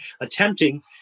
attempting